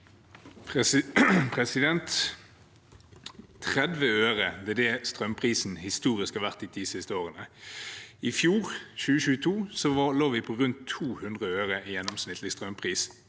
øre – det er det strømprisen historisk har vært de ti siste årene. I fjor, i 2022, lå vi på rundt 200 øre i gjennomsnittlig strømpris